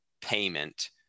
payment